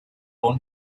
own